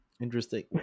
Interesting